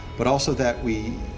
but also that we,